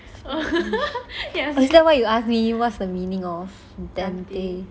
oh is that why you ask me what's the meaning of dante